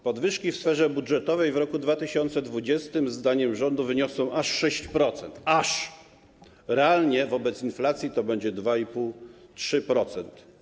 Podwyżki w sferze budżetowej w roku 2020 zdaniem rządu wyniosą aż 6%, aż. Realnie wobec inflacji to będzie 2,5–3%.